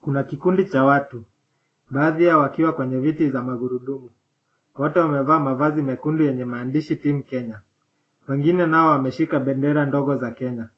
Kuna kikundi cha watu, baadhi yao wakiwa kwenye viti za magurudumu, wote wamevaa mavazi mekundu yenye maandishi Team Kenya. Wengine nao wameshika bendera ndogo za Kenya,